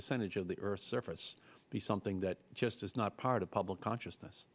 percentage of the earth's surface be something that just is not part of public consciousness